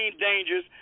dangers